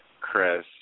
Chris